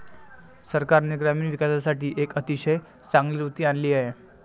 सरकारने ग्रामीण विकासासाठी एक अतिशय चांगली कृती आणली आहे